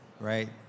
right